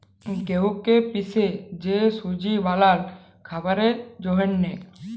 গেঁহুকে পিসে যে সুজি বালাল খাবারের জ্যনহে